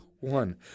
one